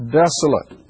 desolate